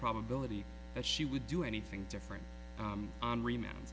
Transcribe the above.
probability that she would do anything different on re